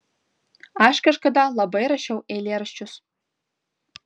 aš kažkada labai rašiau eilėraščius